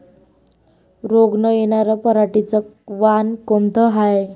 रोग न येनार पराटीचं वान कोनतं हाये?